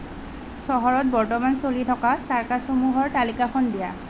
চহৰত বৰ্তমান চলি থকা চাৰ্কাছসমূহৰ তালিকাখন দিয়া